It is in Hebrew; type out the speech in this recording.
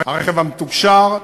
הרכב המתוקשר,